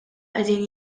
qegħdin